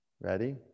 ready